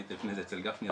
הייתי לפני זה אצל ח"כ גפני,